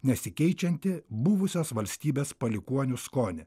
nesikeičiantį buvusios valstybės palikuonių skonį